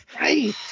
Right